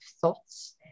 thoughts